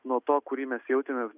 nuo to kurį mes jautėme